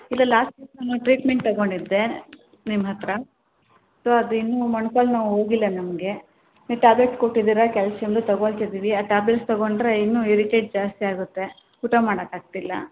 ಇಲ್ಲೇ last time treatment ತಗೊಂಡಿದ್ದೆ ನಿಮ್ಮ ಹತ್ತಿರ ಸೋ ಅದು ಇನ್ನು ಮೊಣ್ಕಾಲು ನೋವು ಹೋಗಲಿಲ್ಲ ನಮಗೆ ನೀವು ಟ್ಯಾಬ್ಲೆಟ್ಸ್ ಕೊಟ್ಟಿದ್ದೀರ ಕ್ಯಾಲ್ಸಿಯಮ್ದು ತಗೋಳ್ತಿದ್ದಿವಿ ಆ ಟ್ಯಾಬ್ಲೆಟ್ಸ್ ತಗೊಂಡರೆ ಇನ್ನು ಇರಿಟೇಟ್ ಜಾಸ್ತಿ ಆಗುತ್ತೆ ಊಟ ಮಾಡಕ್ಕೆ ಆಗ್ತಿಲ್ಲ